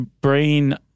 brain